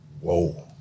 Whoa